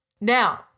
Now